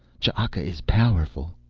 ch'aka is powerful.